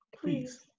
Please